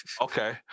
Okay